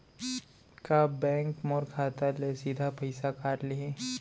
का बैंक मोर खाता ले सीधा पइसा काट लिही?